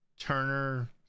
Turner